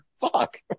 fuck